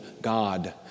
God